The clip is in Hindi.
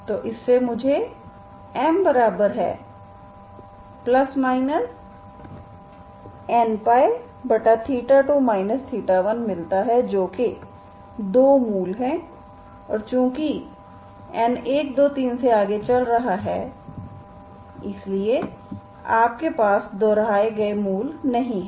तो इससे मुझे m±nπ2 1 मिलता है जो कि दो मूल हैं और चूंकि n 1 2 3 से आगे चल रहा है इसलिए आपके पास दोहराए गए मूल नहीं हैं